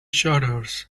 shutters